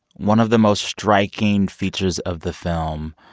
one of the most striking features of the film